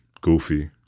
goofy